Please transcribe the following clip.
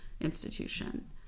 institution